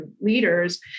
leaders